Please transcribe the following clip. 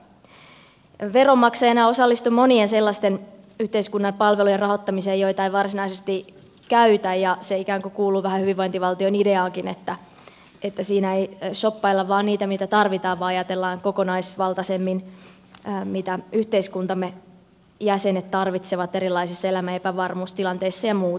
veronmaksajana osallistun monien sellaisten yhteiskunnan palvelujen rahoittamiseen joita en varsinaisesti käytä ja se ikään kuin kuuluu vähän hyvinvointivaltion ideaankin että siinä ei shoppailla vain niitä mitä tarvitaan vaan ajatellaan kokonaisvaltaisemmin mitä yhteiskuntamme jäsenet tarvitsevat erilaisissa elämän epävarmuustilanteissa ja muutenkin